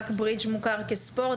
רק ברידג' מוכר כספורט?